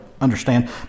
understand